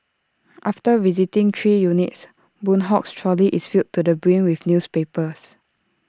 after visiting three units boon Hock's trolley is filled to the brim with newspapers